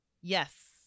Yes